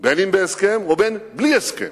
בין בהסכם ובין בלי הסכם,